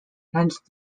hence